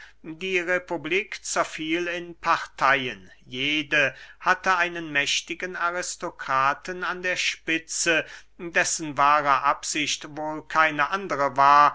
die republik zerfiel in parteyen jede hatte einen mächtigen aristokraten an der spitze dessen wahre absicht wohl keine andere war